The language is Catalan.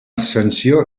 ascensió